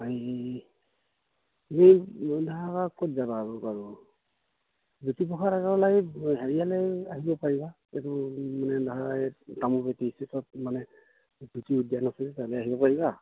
এই ক'ত যাবা আৰু বাৰু জ্যোতিপ্ৰসাদ আগৰৱালা হেৰিয়ালে আহিব পাৰিবা এইটো মানে উদ্যান আছিল তালে আহিব পাৰিবা